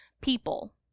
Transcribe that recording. people